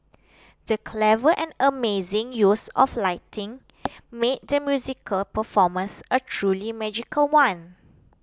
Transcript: the clever and amazing use of lighting made the musical performance a truly magical one